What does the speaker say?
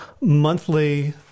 monthly